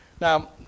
Now